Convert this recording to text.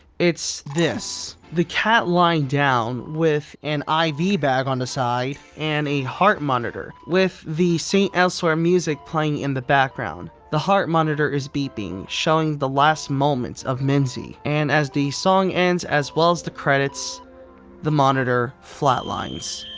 it's this the cat lined down with and an iv bag on the side and a heart monitor with the st. elsewhere music playing in the background the heart monitor is beeping showing the last moments of minzhi and as the song ends as well as the credits the monitor flatlines